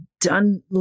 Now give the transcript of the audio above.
done